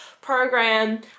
program